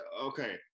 Okay